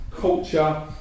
culture